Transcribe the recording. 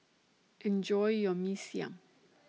Enjoy your Mee Siam